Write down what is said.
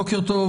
בוקר טוב,